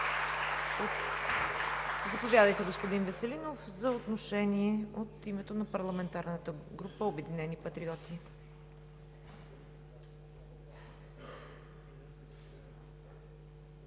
Заповядайте, господин Веселинов, за отношение от името на парламентарната група на „Обединени патриоти“.